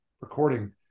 recording